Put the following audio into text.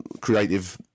creative